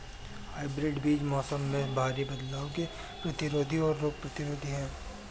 hybrid बीज मौसम में भारी बदलाव के प्रतिरोधी और रोग प्रतिरोधी हैं